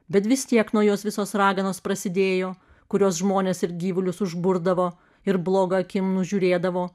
bet vis tiek nuo jos visos raganos prasidėjo kuriuos žmones ir gyvulius užburdavo ir bloga akim nužiūrėdavo